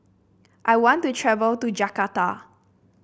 I want to travel to Jakarta